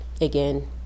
again